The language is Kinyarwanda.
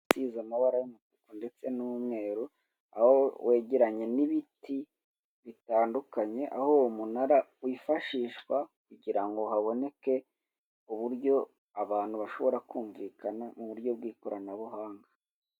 Umunara usize amabara y'umutuku ndetse n'umweru aho wegeranye n'ibiti bitandukanye aho, uwo umunara wifashishwa kugira ngo haboneke uburyo abantu bashobora kumvikana mu buryo bw'ikoranabuhanga.